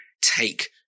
take